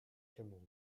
cameroun